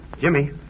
Jimmy